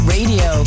Radio